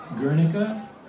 Guernica